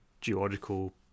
geological